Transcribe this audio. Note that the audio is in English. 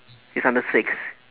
it's under six